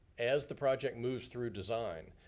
as the project moves through design,